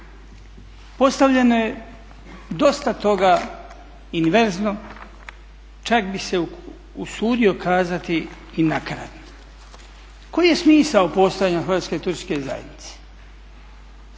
Postavljeno je dosta toga invertno, čak bi se usudio kazati i nakaradno. Koji je smisao postojanja Hrvatske turističke zajednice?